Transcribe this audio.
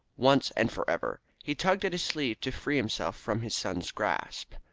once and for ever. he tugged at his sleeve to free himself from his son's grasp.